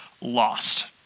lost